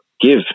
give